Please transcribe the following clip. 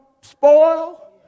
spoil